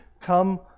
come